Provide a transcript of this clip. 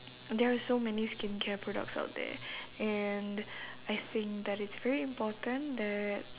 there are so many skincare products out there and I think that it's very important that